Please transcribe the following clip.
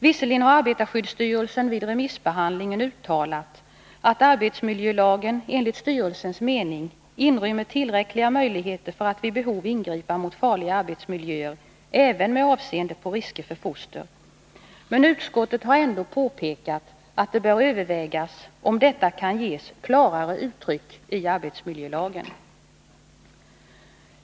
Visserligen har arbetarskyddsstyrelsen vid remissbehandlingen uttalat att arbetsmiljölagen enligt styrelsens mening inrymmer tillräckliga möjligheter för att vid behov ingripa mot farliga arbetsmiljöer även med avseende på risker för foster, men utskottet har ändå påpekat att det bör övervägas om detta kan ges klarare uttryck i arbetsmiljölagen.